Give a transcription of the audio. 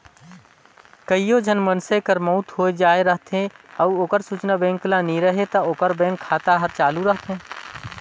कइयो झन मइनसे कर मउत होए जाए रहथे अउ ओकर सूचना बेंक ल नी रहें ता ओकर बेंक खाता हर चालू रहथे